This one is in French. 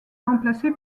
remplacé